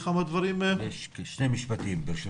שני משפטים, ברשותך.